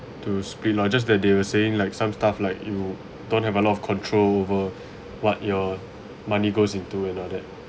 to speed lah just that they were saying like some tough like you don't have a lot of control over what your money goes into and all that